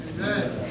Amen